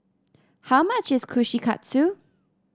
how much is Kushikatsu